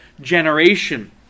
generation